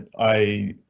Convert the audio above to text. i.